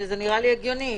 זה נראה לי הגיוני.